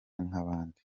nk’abandi